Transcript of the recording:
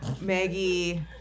Maggie